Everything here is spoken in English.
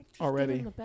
already